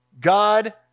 God